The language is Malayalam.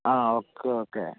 ആ ഓക്കെ ഓക്കെ